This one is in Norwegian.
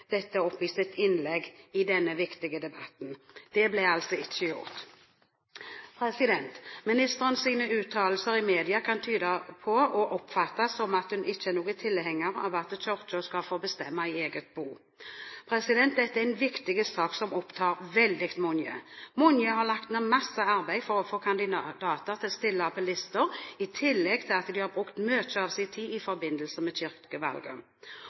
dette opp i sitt innlegg i denne viktige debatten. Det ble altså ikke gjort. Ministerens uttalelser i media kan tyde på og oppfattes som at hun ikke er noen tilhenger av at Kirken skal få bestemme i eget bo. Dette er en viktig sak som opptar veldig mange. Mange har lagt ned masse arbeid for å få kandidater til å stille på lister, i tillegg til at de har brukt mye av sin tid i forbindelse med